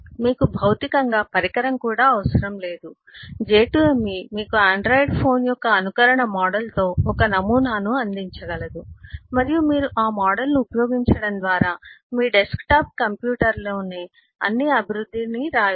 మీకు భౌతికంగా పరికరం కూడా అవసరం లేదు j2me మీకు ఆండ్రాయిడ్ ఫోన్ యొక్క అనుకరణ మోడల్తో ఒక నమూనాను అందించగలదు మరియు మీరు ఆ మోడల్ను ఉపయోగించడం ద్వారా మీ డెస్క్టాప్ కంప్యూటర్లోనే అన్ని అభివృద్ధిని వ్రాయవచ్చు